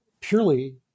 purely